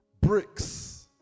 bricks